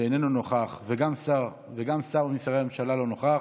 שאיננו נוכח, וגם אף שר משרי הממשלה אינו נוכח,